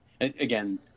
Again